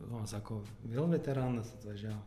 o sako vėl veteranas atvažiavo